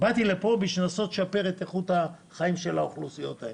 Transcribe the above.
באתי לפה כדי לנסות לשפר את איכות חייהן של האוכלוסיות האלה.